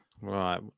Right